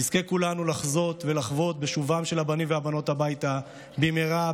שנזכה כולנו לחזות ולחוות את שובם של הבנים והבנות הביתה במהרה,